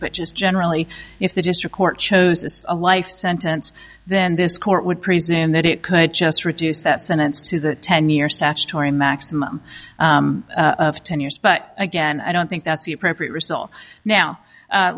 but just generally if the district court chose a life sentence then this court would presume that it could just reduce that sentence to the ten year statutory maximum of ten years but again i don't think that's the appropriate result now